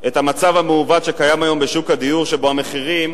את המצב המעוות שקיים היום בשוק הדיור, שהמחירים